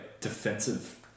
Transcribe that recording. defensive